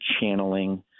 channeling